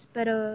Pero